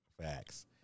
Facts